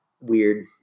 Weird